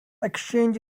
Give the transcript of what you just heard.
exchange